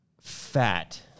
fat